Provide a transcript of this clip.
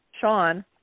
Sean